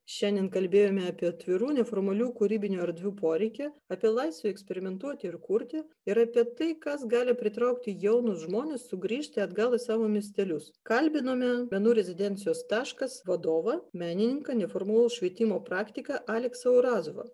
šiandien kalbėjome apie atvirų neformalių kūrybinių erdvių poreikį apie laisvę eksperimentuoti ir kurti ir apie tai kas gali pritraukti jaunus žmones sugrįžti atgal į savo miestelius kalbinome menų rezidencijos taškas vadovą menininką neformalaus švietimo praktiką aleksą urazovą